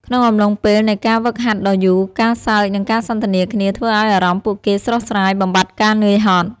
ក្នុងអំឡុងពេលនៃថ្ងៃហ្វឹកហាត់ដ៏យូរ ការសើច និងការសន្ទនាគ្នាធ្វើឱ្យអារម្មណ៍ពួកគេស្រស់ស្រាយ បំបាត់ការនឿយហត់។